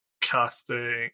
casting